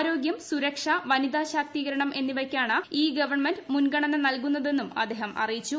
ആരോഗ്യം സുരക്ഷ വനിതാ ശാക്തീകരണം എന്നിവ്യ്ക്കാണ് ഈ ഗവൺമെന്റ് മുൻഗണന നൽകുന്നതെന്നും അദ്ദേഹം ആറിയിച്ചു